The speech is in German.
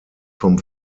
vom